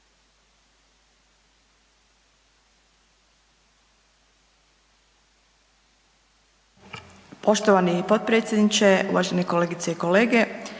Poštovani potpredsjedniče, uvaženi kolegice i kolege,